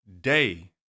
Day